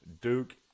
Duke